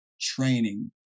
training